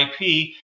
IP